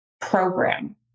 program